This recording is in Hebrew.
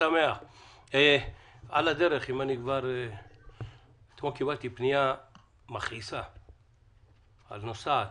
אתמול קיבלתי פנייה מכעיסה על נוסעת